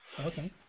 Okay